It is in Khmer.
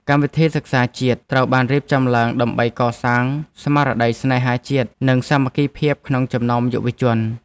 កម្មវិធីសិក្សាជាតិត្រូវបានរៀបចំឡើងដើម្បីកសាងស្មារតីស្នេហាជាតិនិងសាមគ្គីភាពក្នុងចំណោមយុវជន។